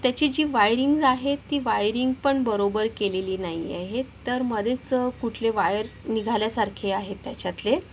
त्याची जी वायरिंग्स आहे ती वायरिंग पण बरोबर केलेली नाही आहे तर मध्येच कुठले वायर निघाल्यासारखे आहेत त्याच्यातले